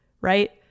right